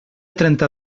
trenta